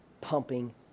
pumping